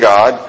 God